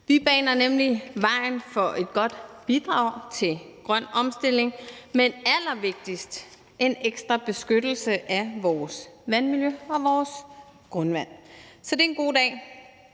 Vi baner nemlig vejen for et godt bidrag til grøn omstilling, men allervigtigst en ekstra beskyttelse af vores vandmiljø og vores grundvand. Så det er en god dag.